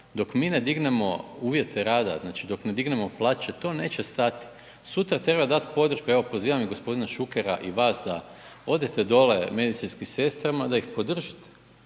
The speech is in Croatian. dok mi ne dignemo uvjete rada, znači dok ne dignemo plaće, to neće stati. Sutra treba dati podršku, evo pozivam i gospodina Šukera i vas da odete dole medicinskim sestrama da ih podržite.